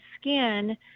skin